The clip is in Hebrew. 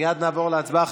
מייד נעבור להצבעה.